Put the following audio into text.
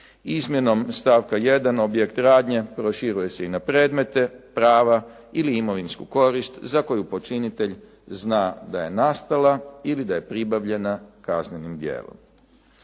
Izmjenom stavka 1. objekt radnje proširuje se i na predmete, prava ili imovinsku korist za koju počinitelj zna da je nastala ili da je pribavljena kaznenim djelom.